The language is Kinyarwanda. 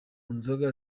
nzoga